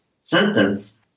sentence